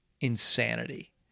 insanity